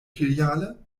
filiale